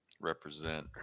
Represent